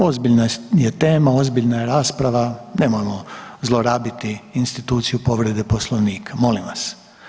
Ozbiljna je tema, ozbiljna je rasprave nemojmo zlorabiti instituciju povrede Poslovnika, molim vas.